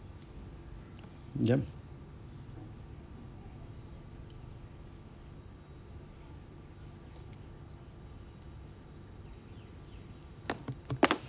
yup